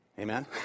Amen